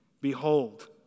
Behold